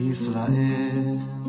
Israel